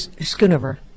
Schoonover